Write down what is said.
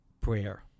Prayer